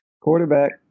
Quarterback